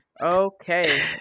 Okay